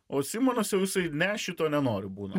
o simonas jau jisai ne šito nenoriu būna